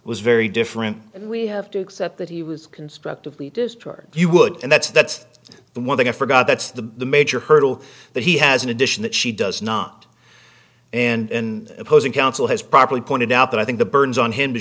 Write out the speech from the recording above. was very different and we have to accept that he was constructively destroyed you would and that's that's the one thing i forgot that's the major hurdle that he has in addition that she does not and opposing counsel has properly pointed out that i think the burns on him to